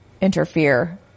interfere